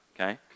Okay